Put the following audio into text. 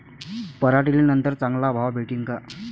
पराटीले नंतर चांगला भाव भेटीन का?